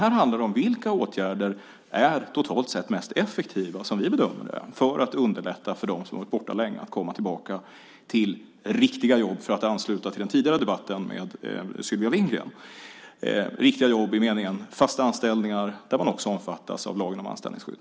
Här handlar det om vilka åtgärder som totalt sett är mest effektiva, som vi bedömer det, för att underlätta för dem som varit borta länge att komma tillbaka till riktiga jobb, för att ansluta till den tidigare debatten med Sylvia Lindgren, i meningen fasta anställningar där man också omfattas av lagen om anställningsskydd.